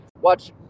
watch